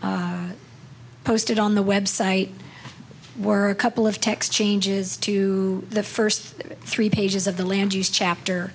that posted on the website were a couple of text changes to the first three pages of the land use chapter